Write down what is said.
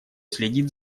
следит